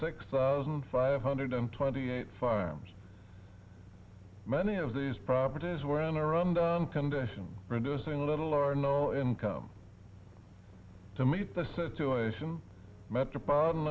six thousand five hundred and twenty eight farms many of these properties were in around condition producing little or no income to meet the situation metropolitan